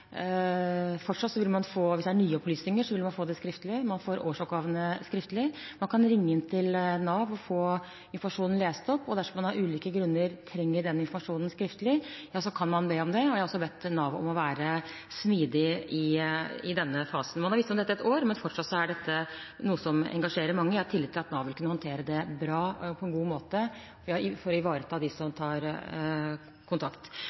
hvis det er nye opplysninger, vil man få dem skriftlig. Man får årsoppgavene skriftlig. Man kan ringe inn til Nav og få informasjonen lest opp. Dersom man av ulike grunner trenger den informasjonen skriftlig, kan man be om det. Jeg har også bedt Nav om å være smidig i denne fasen. Man har visst om dette et år, men fortsatt er det noe som engasjerer mange. Jeg har tillit til at Nav vil kunne håndtere det på en god måte for å ivareta dem som tar kontakt.